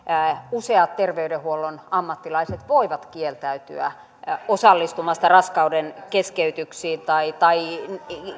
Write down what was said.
useat terveydenhuollon ammattilaiset voivat kieltäytyä osallistumasta raskaudenkeskeytyksiin tai tai